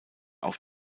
auf